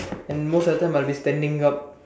and most of the time I will be standing up